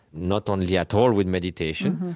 not only, at all, with meditation.